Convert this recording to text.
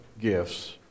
gifts